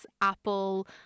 Apple